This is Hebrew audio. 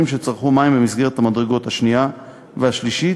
שצרכו מים במסגרת המדרגות השנייה והשלישית,